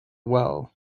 well